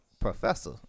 professor